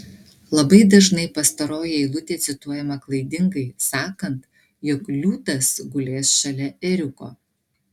labai dažnai pastaroji eilutė cituojama klaidingai sakant jog liūtas gulės šalia ėriuko